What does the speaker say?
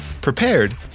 prepared